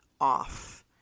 off